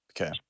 Okay